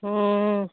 हूँ